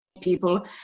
people